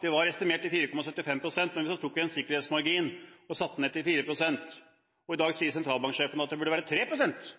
var estimert til 4,75 pst., men så tok man en sikkerhetsmargin og satte den ned til 4 pst. I dag sier sentralbanksjefen at den burde være på 3 pst.